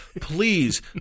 Please